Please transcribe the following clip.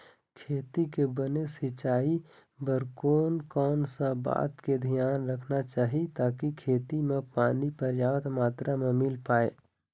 खेती के बने सिचाई बर कोन कौन सा बात के धियान रखना चाही ताकि खेती मा पानी पर्याप्त मात्रा मा मिल पाए?